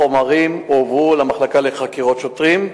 החומרים הועברו למחלקה לחקירות שוטרים,